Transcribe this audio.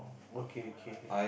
okay okay K